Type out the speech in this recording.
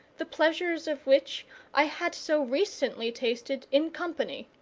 the pleasures of which i had so recently tasted in company